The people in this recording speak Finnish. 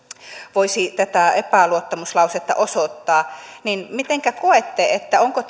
voisi tätä epäluottamuslausetta osoittaa mitenkä koette onko